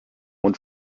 und